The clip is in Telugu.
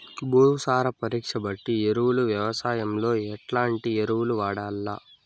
భూసార పరీక్ష బట్టి ఎరువులు వ్యవసాయంలో ఎట్లాంటి ఎరువులు వాడల్ల?